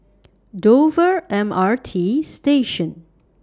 Dover M R T Station